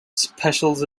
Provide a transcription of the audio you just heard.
specials